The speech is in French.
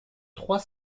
trois